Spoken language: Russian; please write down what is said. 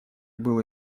было